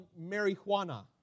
marijuana